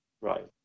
right